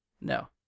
No